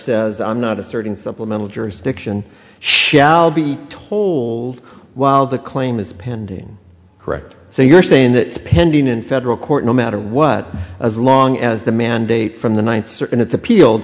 says i'm not asserting supplemental jurisdiction shall be told while the claim is pending correct so you're saying that pending in federal court no matter what as long as the mandate from the one thirteen it's appeal